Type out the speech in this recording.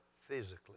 Physically